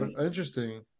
interesting